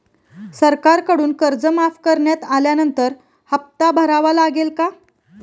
सरकारकडून कर्ज माफ करण्यात आल्यानंतर हप्ता भरावा लागेल का?